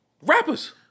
Rappers